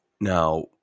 Now